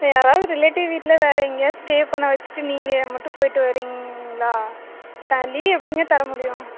யாராவது ரிலேட்டிவ் வீட்டில் வேறு எங்கேயாவுது ஸ்டே பண்ண வச்சிவிட்டு நீங்கள் மட்டும் போயிவிட்டு வரீங்களா லீவ் எப்படிங்க தர முடியும்